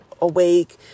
awake